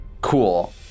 Cool